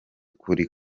kuri